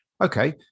okay